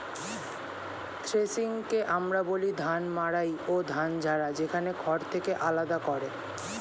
থ্রেশিংকে আমরা বলি ধান মাড়াই ও ধান ঝাড়া, যেখানে খড় থেকে আলাদা করে